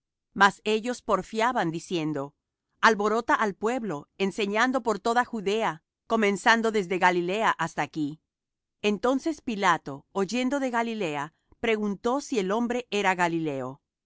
mas ellos porfiaban diciendo alborota al pueblo enseñando por toda judea comenzando desde galilea hasta aquí entonces pilato oyendo de galilea preguntó si el hombre era galileo